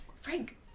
Frank